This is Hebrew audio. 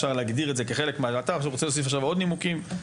אתה רוצה להוסיף עכשיו עוד נימוקים,